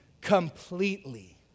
completely